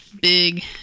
big